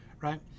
right